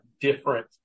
different